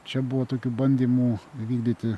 čia buvo tokių bandymų įvykdyti